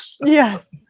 yes